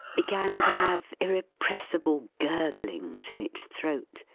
began to have irrepressible gurglings in its throat,